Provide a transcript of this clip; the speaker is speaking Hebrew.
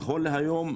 נכון להיום,